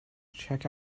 check